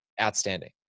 outstanding